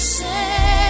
say